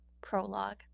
prologue